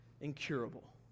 incurable